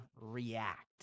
react